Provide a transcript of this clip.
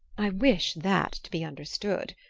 i wish that to be understood.